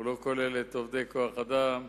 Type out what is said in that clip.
הוא לא כולל את עובדי כוח-אדם,